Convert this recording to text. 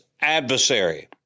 adversary